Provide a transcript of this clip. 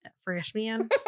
Freshman